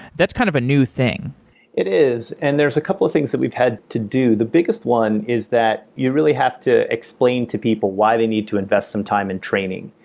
that's kind of a new thing it is. and there's a couple of things that we've had to do. the biggest one is that you really have to explain to people why they need to invest some time in training.